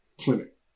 clinic